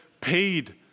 paid